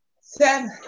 Seven